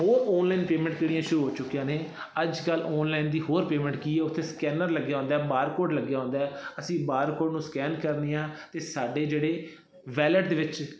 ਹੋਰ online payment ਜਿਹੜੀਆਂ ਸ਼ੁਰੂ ਹੋ ਚੁੱਕੀਆਂ ਨੇ ਅੱਜ ਕੱਲ੍ਹ ਔਨਲਾਈਨ ਦੀ ਹੋਰ ਪੇਮੈਂਟ ਕੀ ਹੈ ਉੱਥੇ ਸਕੈਨਰ ਲੱਗਿਆ ਹੁੰਦਾ ਬਾਰਕੋਡ ਲੱਗਿਆ ਹੁੰਦਾ ਅਸੀਂ ਬਾਰਕੋਡ ਨੂੰ ਸਕੈਨ ਕਰਦੇ ਹਾਂ ਅਤੇ ਸਾਡੇ ਜਿਹੜੇ ਵੈਲਿਟ ਦੇ ਵਿੱਚ